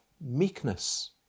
meekness